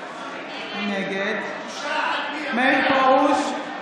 נגד מאיר פרוש,